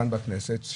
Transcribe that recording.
כאן בכנסת,